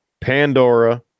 Pandora